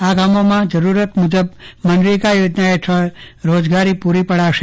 આ ગામોમાં જરૂરત મુજબ મનરેગા યોજના હેઠળ રોજગારી પુરી પડાશે